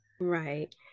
Right